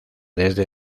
desde